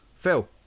Phil